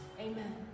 Amen